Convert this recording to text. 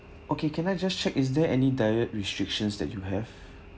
okay can I just check is there any diet restrictions that you have